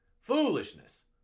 Foolishness